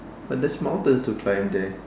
but there's mountains to climb there